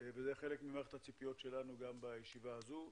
ואלה גם הציפיות שלנו מהישיבה הזו.